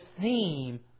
theme